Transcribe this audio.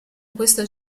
questo